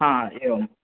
आ एवम्